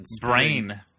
brain